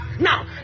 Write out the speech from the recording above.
Now